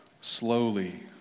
slowly